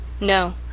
No